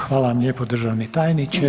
Hvala vam lijepo državni tajniče.